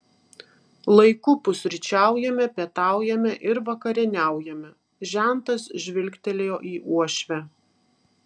laiku pusryčiaujame pietaujame ir vakarieniaujame žentas žvilgtelėjo į uošvę